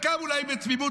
חלקם אולי בתמימות,